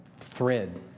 thread